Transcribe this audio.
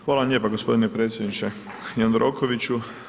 Hvala vam lijepa gospodine predsjedniče Jandrokoviću.